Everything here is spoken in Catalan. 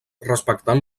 respectant